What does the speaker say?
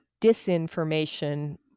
disinformation